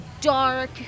dark